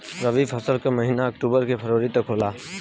रवी फसल क महिना अक्टूबर से फरवरी तक होला